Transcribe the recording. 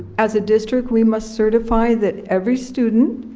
as a district we must certify that every student,